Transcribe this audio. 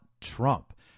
Trump